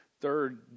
third